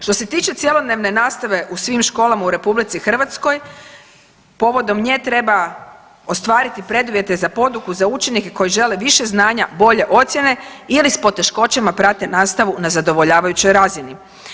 Što se tiče cjelodnevne nastave u svim školama u Republici Hrvatskoj povodom nje treba ostvariti preduvjete za poduku za učenike koji žele više znanja, bolje ocjene ili s poteškoćama prate nastavu na zadovoljavajućoj razini.